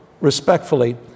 respectfully